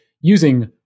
using